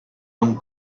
hong